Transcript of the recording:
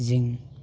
जों